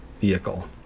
vehicle